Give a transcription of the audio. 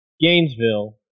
Gainesville